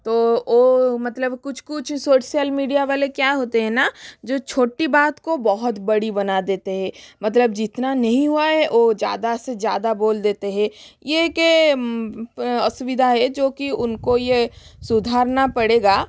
तो वो मतलब कुछ कुछ सोशल मीडिया वाले क्या होते है ना जो छोटी बात को बहुत बड़ी बना देते हैं मतलब जितना नहीं हुआ है वो ज़्यादा से ज़्यादा बोल देते हैं ये कि असुविधा जो कि उनका ये सुधारना पड़ेगा